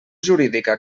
jurídica